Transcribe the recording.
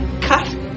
Cut